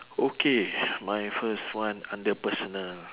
okay my first one under personal